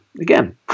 again